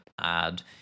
add